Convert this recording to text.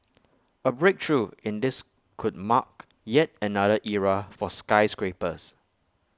A breakthrough in this could mark yet another era for skyscrapers